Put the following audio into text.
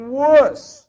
worse